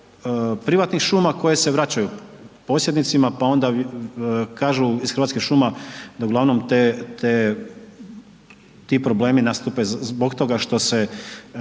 privatnih šuma koje se vraćaju posjednicima, pa onda kažu iz Hrvatskih šuma da uglavnom te, ti problemi nastupe zbog toga što se